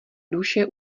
duše